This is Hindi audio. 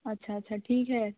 अच्छा अच्छा ठीक है